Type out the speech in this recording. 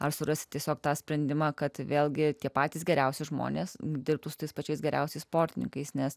aš surasiu tiesiog tą sprendimą kad vėlgi tie patys geriausi žmonės dirbtų tais pačiais geriausiais sportininkais nes